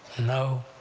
no,